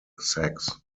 sex